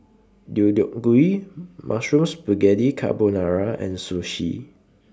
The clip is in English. Deodeok Gui Mushroom Spaghetti Carbonara and Sushi